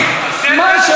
הוא לא